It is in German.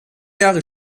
jahre